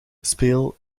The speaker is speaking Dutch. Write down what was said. speel